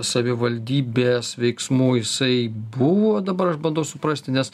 savivaldybės veiksmų jisai buvo dabar aš bandau suprasti nes